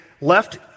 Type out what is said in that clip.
left